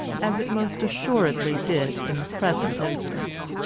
as it most assuredly did in the present instance.